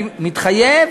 אני מתחייב